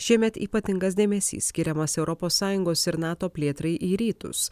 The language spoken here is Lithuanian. šiemet ypatingas dėmesys skiriamas europos sąjungos ir nato plėtrai į rytus